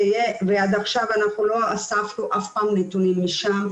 ועד עכשיו אנחנו לא אספנו אף פעם נתונים משם,